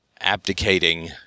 abdicating